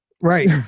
Right